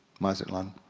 mazatlan.